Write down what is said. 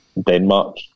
Denmark